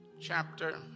chapter